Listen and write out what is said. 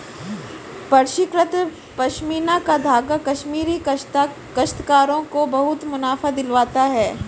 परिष्कृत पशमीना का धागा कश्मीरी काश्तकारों को बहुत मुनाफा दिलवाता है